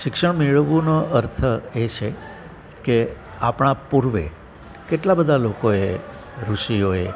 શિક્ષણ મેળવવુંનો અર્થ એ છે આપણા પૂર્વે કેટલા બધા લોકોએ ઋષિઓએ